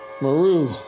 Maru